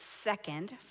second